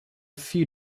few